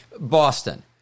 Boston